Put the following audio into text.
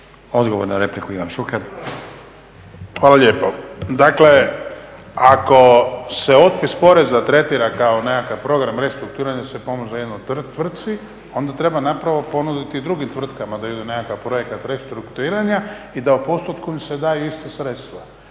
Šuker. **Šuker, Ivan (HDZ)** Hvala lijepo. Dakle ako se otpis poreza tretira kao nekakav program restrukturiranja … jednoj tvrtci onda treba … ponuditi i drugim tvrtkama da idu u nekakav projekat restrukturiranja i da u postotku im se da ista sredstva.